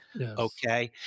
Okay